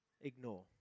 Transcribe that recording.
ignore